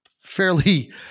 fairly